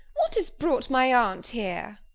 what has brought my aunt here?